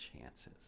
chances